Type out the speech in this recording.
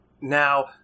Now